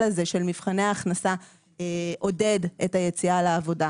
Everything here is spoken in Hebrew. הזה של מבחני ההכנסה עודד את היציאה לעבודה,